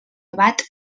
abat